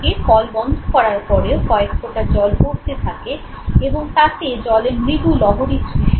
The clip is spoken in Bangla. কল বন্ধ করার পরেও কয়েক ফোঁটা জল পড়তে থাকে এবং তাতে জলে মৃদু লহরী সৃষ্টি হয়